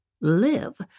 live